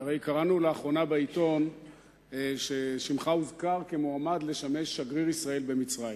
שהרי קראנו לאחרונה בעיתון ששמך הוזכר כמועמד לשמש שגריר ישראל במצרים.